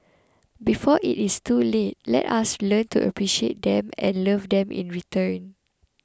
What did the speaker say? before it is too late let us learn to appreciate them and love them in return